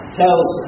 tells